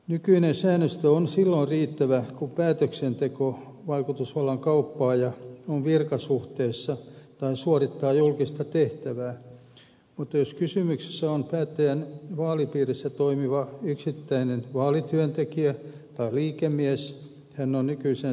nykyinen säännöstö on silloin riittävä kun päätöksentekovaikutusvallan kauppaaja on virkasuhteessa tai suorittaa julkista tehtävää mutta jos kysymyksessä on päättäjän vaalipiirissä toimiva yksittäinen vaalityöntekijä tai liikemies hän on nykyisten säännösten ulkopuolella